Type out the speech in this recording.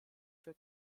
für